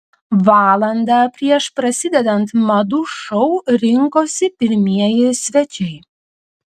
valandą prieš prasidedant madų šou rinkosi pirmieji svečiai